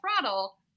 Throttle